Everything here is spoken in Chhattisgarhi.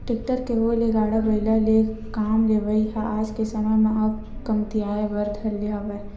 टेक्टर के होय ले गाड़ा बइला ले काम लेवई ह आज के समे म अब कमतियाये बर धर ले हवय